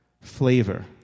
flavor